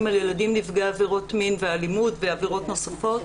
על ילדים נפגעי עבירות מין ואלימות ועבירות נוספות,